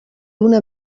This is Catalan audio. una